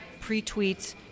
pre-tweets